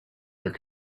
there